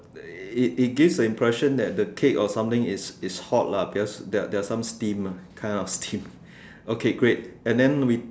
uh it it gives the impression that the cake or something is is hot lah because there's there are some steam ah kind of steam okay great and then we